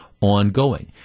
ongoing